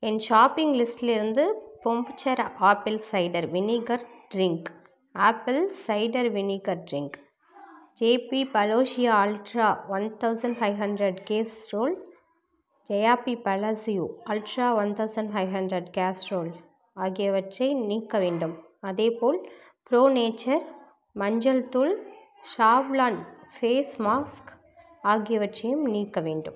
என் shopping லிஸ்ட்டிலிருந்து பொம்புச்சரா apple cider vinegar drink apple cider vinegar drink JP Palacio ultra one thousand five hundred Castrol JP Palacio ultra one thousand five hundred Castrol ஆகியவற்றை நீக்க வேண்டும் அதேபோல் pro nature மஞ்சள் தூள் Savlon face mask ஆகியவற்றையும் நீக்க வேண்டும்